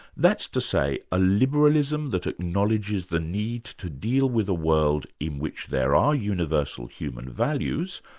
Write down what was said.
that's to say, a liberalism that acknowledges the need to deal with a world in which there are universal human values,